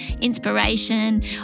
inspiration